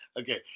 Okay